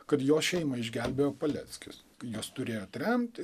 kad jo šeimą išgelbėjo paleckis juos turėjo tremti